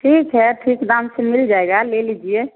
ठीक है ठीक दाम से मिल जाएगा ले लीजिए